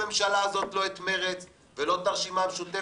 בממשלה הזאת לא ראיתי לא את מרצ ולא את הרשימה המשותפת